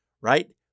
right